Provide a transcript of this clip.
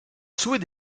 souhait